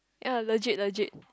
ye logic logic